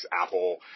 Apple